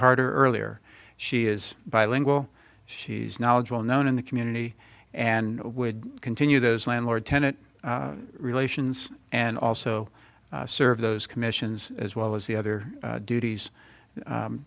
harder earlier she is bilingual she's knowledge well known in the community and would continue those landlord tenant relations and also serve those commissions as well as the other duties